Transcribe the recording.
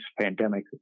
pandemic